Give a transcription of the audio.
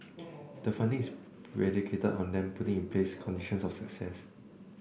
the funding is predicated on them putting in place conditions of success